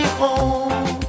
home